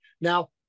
Now